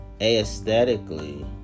Aesthetically